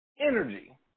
energy